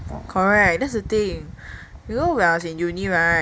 correct that's the thing you know when I was in uni [right]